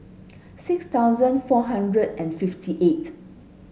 six thousand four hundred and fifty eighth